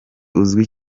uzwi